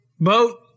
boat